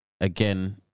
again